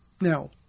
Now